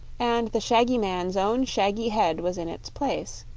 and the shaggy man's own shaggy head was in its place,